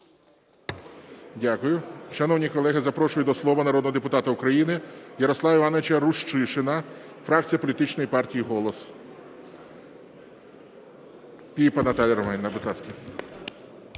Дякую. Шановні колеги, запрошую до слова народного депутата України Ярослава Івановича Рущишина, фракція політичної партії "Голос".